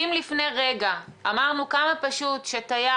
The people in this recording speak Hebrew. אם לפני רגע אמרנו כמה פשוט שתייר,